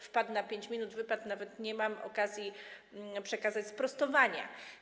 Wpadł na 5 minut, wypadł, nawet nie mam okazji przekazać sprostowania.